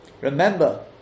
Remember